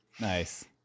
Nice